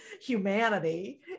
humanity